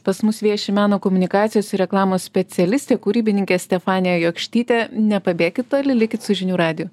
pas mus vieši meno komunikacijos ir reklamos specialistė kūrybininkė stefanija jokštytė nepabėkit toli likit su žinių radiju